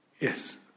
Yes